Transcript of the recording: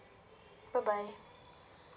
bye bye